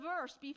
verse